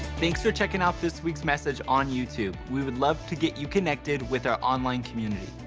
thanks for checking out this week's message on youtube. we would love to get you connected with our online community.